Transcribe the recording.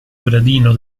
gradino